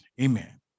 Amen